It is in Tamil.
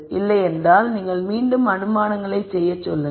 இல்லையென்றால் நீங்கள் மீண்டும் அனுமானங்களை செய்யச் செல்லுங்கள்